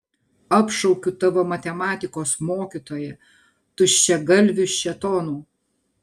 apšaukiu tavo matematikos mokytoją tuščiagalviu šėtonu